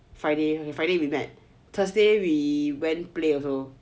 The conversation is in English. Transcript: friday friday we met thursday we went play also